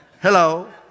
Hello